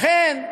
לכן,